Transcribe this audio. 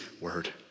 word